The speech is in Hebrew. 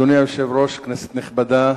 אדוני היושב-ראש, כנסת נכבדה,